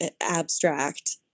abstract